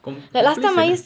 comp~ complacent ah